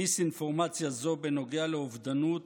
דיסאינפורמציה זו בנוגע לאובדנות